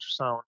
ultrasound